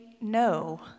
no